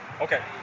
Okay